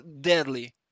deadly